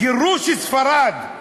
גירוש ספרד,